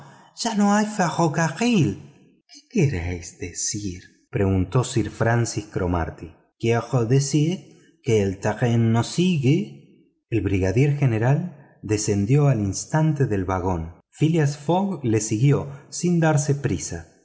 ya no hay ferrocarril qué queréis decir preguntó sir francis cromarty quiero decir que el tren no sigue el brigadier general descendió al instante del vagón phlleas fogg lo siguió sin darse prisa